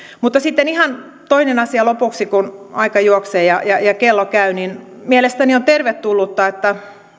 mutta sitten ihan toinen asia lopuksi kun aika juoksee ja ja kello käy mielestäni on tervetullutta että